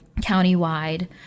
countywide